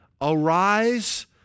Arise